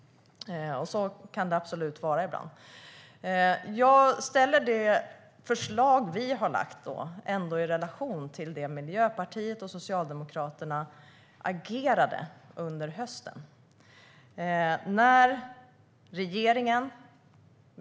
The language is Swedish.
Så kan det absolut vara ibland. Men låt mig ställa det förslag vi har lagt fram i relation till hur Miljöpartiet och Socialdemokraterna agerade under hösten.